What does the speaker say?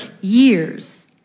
years